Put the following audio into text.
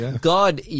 god